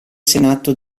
senato